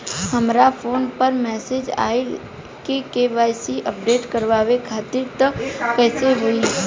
हमरा फोन पर मैसेज आइलह के.वाइ.सी अपडेट करवावे खातिर त कइसे होई?